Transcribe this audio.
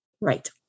Right